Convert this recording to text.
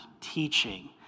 teaching